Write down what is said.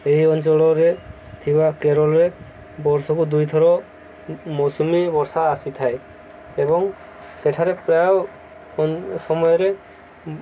ଏହି ଅଞ୍ଚଳରେ ଥିବା କେରଳରେ ବର୍ଷକୁ ଦୁଇଥର ମୌସୁମୀ ବର୍ଷା ଆସିଥାଏ ଏବଂ ସେଠାରେ ପ୍ରାୟ ସମୟରେ